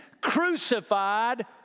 crucified